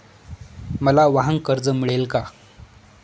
मला वाहनकर्ज मिळेल का?